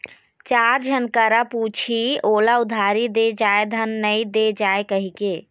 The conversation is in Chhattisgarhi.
चार झन करा पुछही ओला उधारी दे जाय धन नइ दे जाय कहिके